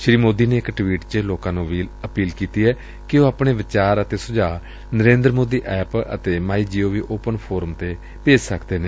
ਸੀ ਮੋਦੀ ਨੇ ਇਕ ਟਵੀਟ ਚ ਲੋਕਾਂ ਨੂੰ ਅਪੀਲ ਕੀਤੀ ਏ ਕਿ ਉਹ ਆਪਣੇ ਵਿਚਾਰ ਅਤੇ ਸੁਝਾਅ ਨਰੇਂਦਰ ਮੋਦੀ ਐਪ ਅਤੇ my G O V open forum ਤੇ ਭੇਜ ਸਕਦੇ ਨੇ